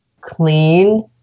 clean